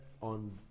on